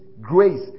grace